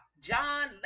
john